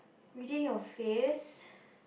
reading your face